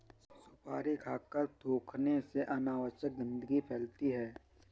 सुपारी खाकर थूखने से अनावश्यक गंदगी फैलती है